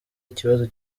ikibazo